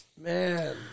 man